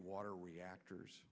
water reactors